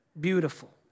beautiful